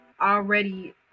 already